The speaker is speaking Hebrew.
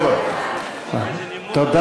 תודה רבה.